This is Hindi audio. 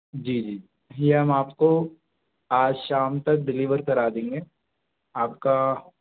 जी जी जी हम आपको आज शाम तक डिलीवर करा देंगे आपका